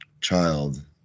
child